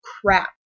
crap